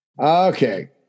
Okay